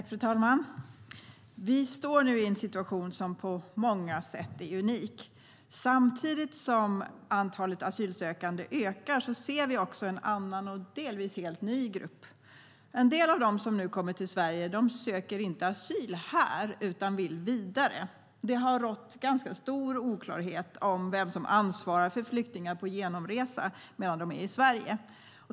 Fru talman! Vi står nu i en situation som på många sätt är unik. Samtidigt som antalet asylsökande ökar ser vi en annan och delvis helt ny grupp: En del av dem som nu kommer till Sverige söker inte asyl här utan vill vidare. Det har rått ganska stor oklarhet om vem som ansvarar för flyktingar på genomresa medan de är i Sverige.